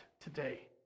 today